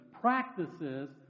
practices